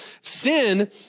Sin